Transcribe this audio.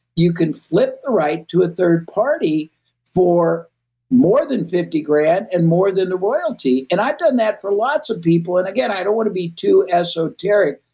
you can flip the right to a third-party for more than fifty grand and more than a royalty. and i've done that for lots of people. and again, i don't want to be too esoteric.